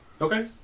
Okay